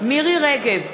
מירי רגב,